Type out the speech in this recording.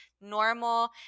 normal